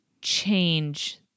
change